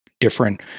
Different